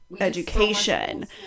Education